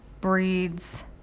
breeds